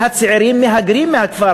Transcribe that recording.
והצעירים מהגרים מהכפר,